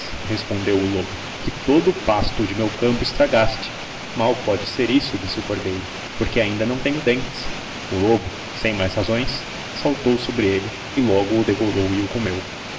replicou o lobo que todo o pasto de meu campo estragaste mal pôde ser isso disse o cordeiro porque ainda não tenho dentes o lobo sem mais razões saltou sobre elle e logo o degolou e o comeo